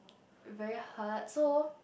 be very hurt so